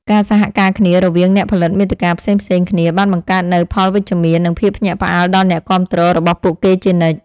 ការសហការគ្នារវាងអ្នកផលិតមាតិកាផ្សេងៗគ្នាបានបង្កើតនូវផលវិជ្ជមាន និងភាពភ្ញាក់ផ្អើលដល់អ្នកគាំទ្ររបស់ពួកគេជានិច្ច។